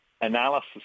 analysis